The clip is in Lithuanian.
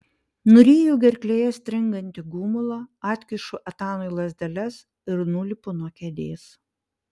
nuryju gerklėje stringantį gumulą atkišu etanui lazdeles ir nulipu nuo kėdės